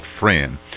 friend